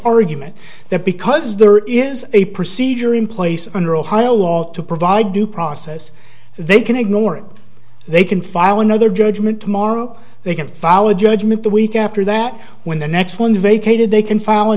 origin meant that because there is a procedure in place under ohio law to provide due process they can ignore it they can file another judgment tomorrow they can follow a judgment the week after that when the next one vacated they can f